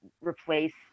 replace